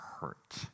hurt